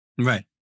Right